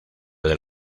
del